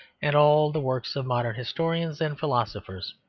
and all the works of modern historians and philosophers.